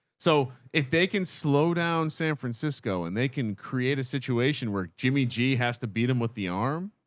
so if they can slow down san francisco and they can create a situation where jimmy g has to beat him with the arm,